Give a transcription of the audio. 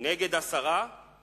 נגד זה הסרה.